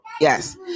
Yes